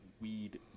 Weed